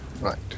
Right